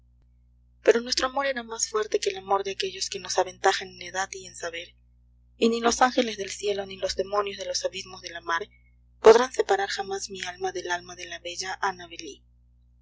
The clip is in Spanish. pero nuestro amor era más fuerte que el amor de aquellos que nos aventajan en edad y en saber y ni los ángeles del cielo ni los demonios de los abismos de la mar podrán separar jamás mi alma del alma de la bella